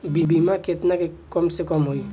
बीमा केतना के कम से कम होई?